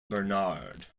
bernard